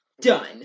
done